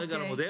על המודל,